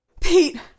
Pete